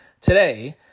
today